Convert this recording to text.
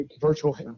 virtual